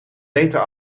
beter